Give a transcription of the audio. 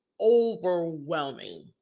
overwhelming